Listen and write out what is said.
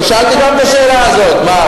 גם אני שאלתי את השאלה הזאת: מה,